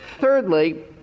Thirdly